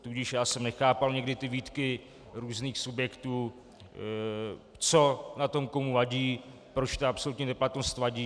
Tudíž já jsem nechápal někdy výtky různých subjektů, co na tom komu vadí, proč absolutní neplatnost vadí.